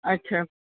اچھا